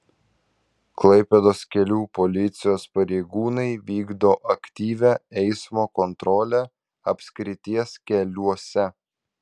klaipėdos kelių policijos pareigūnai vykdo aktyvią eismo kontrolę apskrities keliuose